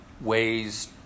ways